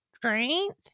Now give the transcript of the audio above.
strength